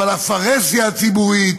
אבל הפרהסיה הציבורית